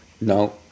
no